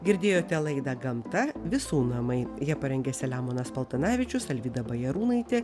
girdėjote laidą gamta visų namai ją parengė selemonas paltanavičius alvyda bajarūnaitė